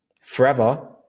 forever